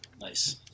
Nice